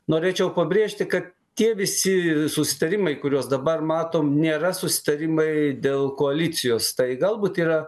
norėčiau pabrėžti kad tie visi susitarimai kuriuos dabar matom nėra susitarimai dėl koalicijos tai galbūt yra